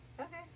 Okay